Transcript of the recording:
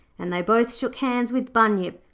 and they both shook hands with bunyip,